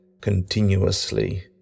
continuously